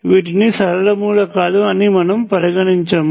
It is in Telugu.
వీటిని సరళ మూలకాలు అని మనము పరిగణించము